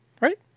Right